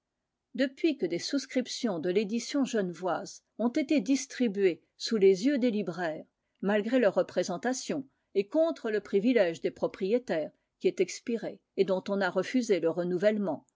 depuis que des souscriptions de l'édition genevoise ont été distribuées sous les yeux des libraires malgré leurs représentations et contre le privilège des propriétaires qui est expiré et dont on a refusé le renouvellement